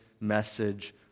message